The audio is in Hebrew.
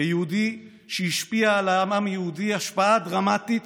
כיהודי שהשפיע על העם היהודי השפעה דרמטית,